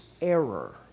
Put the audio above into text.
error